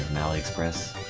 and alley express